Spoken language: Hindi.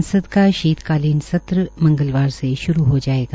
संसद का शीतकालीन सत्र मंगलवार से श्रू हो जायेगा